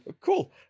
cool